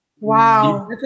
Wow